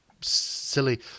Silly